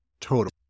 total